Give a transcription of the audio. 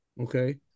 Okay